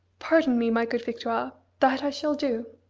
pardon me, my good victoire, that i shall do.